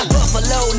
Buffalo